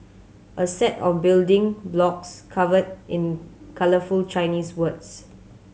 a set of building blocks covered in colourful Chinese words